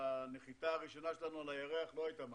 שהנחיתה הראשונה שלנו על הירח לא היתה משהו,